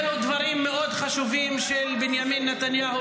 אלה דברים מאוד חשובים של בנימין נתניהו,